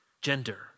gender